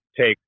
take